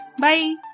Bye